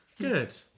Good